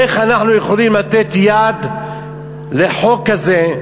איך אנחנו יכולים לתת יד לחוק כזה,